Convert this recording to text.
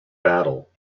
battle